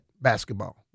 basketball